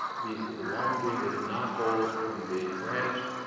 these elongated knotholes in the branch,